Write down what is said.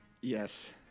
Yes